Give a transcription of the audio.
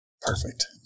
perfect